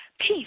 peace